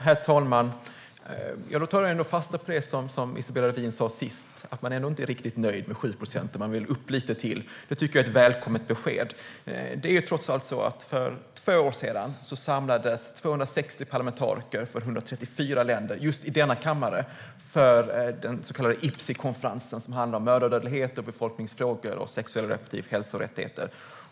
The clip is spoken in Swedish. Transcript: Herr talman! Jag tar ändå fasta på det sista som Isabella Lövin sa, att man ändå inte är riktigt nöjd med 7 procent utan vill öka detta lite till. Det tycker jag är ett välkommet besked. För två år sedan samlades 260 parlamentariker från 134 länder just i denna kammare för den så kallade IPCI-konferensen, som handlade om mödradödlighet, befolkningsfrågor och sexuell och reproduktiv hälsa och rättigheter.